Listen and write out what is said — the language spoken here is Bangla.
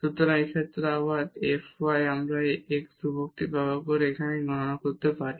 সুতরাং এই ক্ষেত্রে আবার f y আমরা এই x ধ্রুবকটি ব্যবহার করে এখানে গণনা করতে পারি